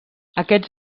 aquests